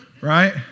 Right